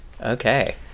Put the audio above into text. Okay